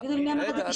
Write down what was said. תגידו לי מי אמר בשמי.